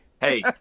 hey